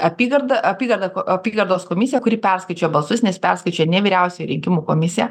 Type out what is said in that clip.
apygarda apygarda apygardos komisija kuri perskaičiuoja balsus nes perskaičiuoja ne vyriausioji rinkimų komisija